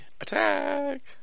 attack